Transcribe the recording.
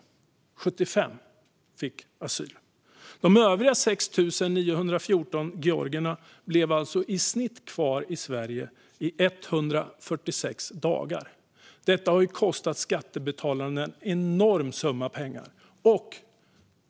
Det var 75 som fick asyl. De övriga 6 914 georgierna blev alltså i snitt kvar i Sverige i 146 dagar. Detta har kostat skattebetalarna en enorm summa pengar.